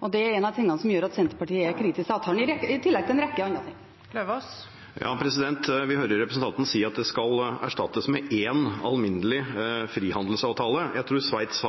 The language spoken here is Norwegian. og det er en av de tingene som gjør at Senterpartiet er kritisk til avtalen – i tillegg til en rekke andre ting. Vi hører representanten Arnstad si at det skal erstattes med én alminnelig frihandelsavtale. Jeg tror Sveits